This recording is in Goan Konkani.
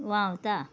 व्हांवता